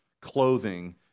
clothing